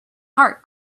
heart